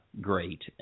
great